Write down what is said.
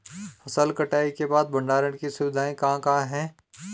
फसल कटाई के बाद भंडारण की सुविधाएं कहाँ कहाँ हैं?